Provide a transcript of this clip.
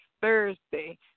Thursday